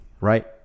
Right